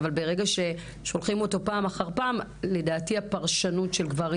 ברגע ששולחים אותו פעם אחר פעם הפרשנות של גברים